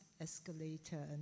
escalator